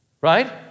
Right